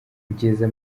kugeza